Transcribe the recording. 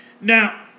Now